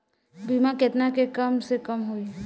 बीमा केतना के कम से कम होई?